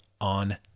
On